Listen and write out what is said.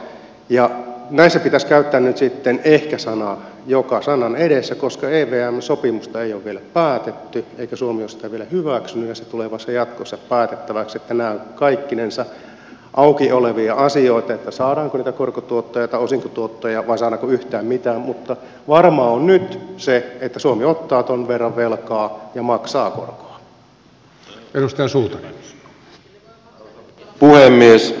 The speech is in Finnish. näissä pitäisi käyttää nyt ehkä sanaa joka sanan edessä koska evm sopimusta ei ole vielä päätetty eikä suomi ole sitä vielä hyväksynyt ja se tulee vasta jatkossa päätettäväksi joten nämä ovat kaikkinensa auki olevia asioita saadaanko niitä korkotuottoja tai osinkotuottoja vai saadaanko yhtään mitään mutta varmaa on nyt se että suomi ottaa tuon verran velkaa ja maksaa korkoa